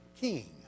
king